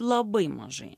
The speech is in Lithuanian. labai mažai